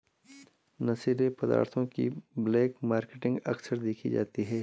नशीली पदार्थों की ब्लैक मार्केटिंग अक्सर देखी जाती है